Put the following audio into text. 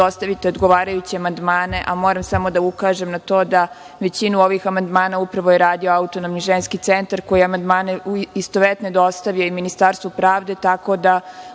dostavite odgovarajuće amandmane, a moram samo da ukažem na to da je većinu ovih amandmana upravo radio Autonomni ženski centar, koji je istovetne amandmane dostavio i Ministarstvu pravde, tako da